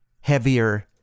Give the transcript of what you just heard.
heavier